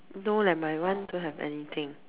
no leh than my one don't have anything